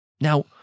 Now